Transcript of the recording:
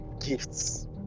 gifts